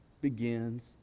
begins